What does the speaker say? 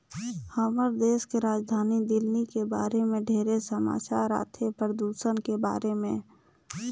हमर देश के राजधानी दिल्ली के बारे मे ढेरे समाचार आथे, परदूषन के बारे में